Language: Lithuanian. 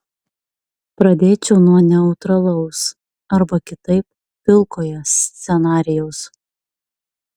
pradėčiau nuo neutralaus arba kitaip pilkojo scenarijaus